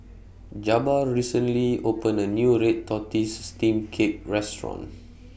Jabbar recently opened A New Red Tortoise Steamed Cake Restaurant